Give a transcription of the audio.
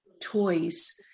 toys